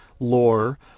lore